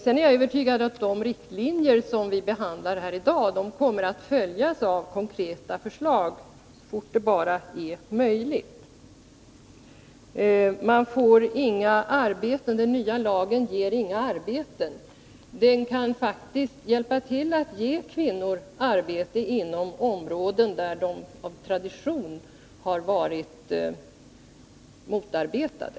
Sedan är jag övertygad om att de riktlinjer som vi behandlar här i dag kommer att följas av konkreta förslag så fort det bara är möjligt. Man får inga arbeten — den nya lagen ger inga arbeten, säger Marianne Stålberg. Ja, lagen kan faktiskt hjälpa till att ge kvinnor arbete inom områden där de av tradition har varit motarbetade.